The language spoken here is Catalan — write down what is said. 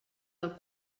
del